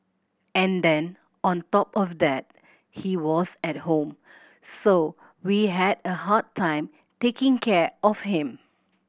and then on top of that he was at home so we had a hard time taking care of him